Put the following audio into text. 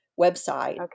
website